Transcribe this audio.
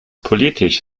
politisch